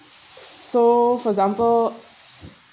so for example